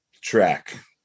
track